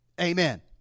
Amen